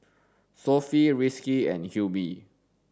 Sofea Rizqi and Hilmi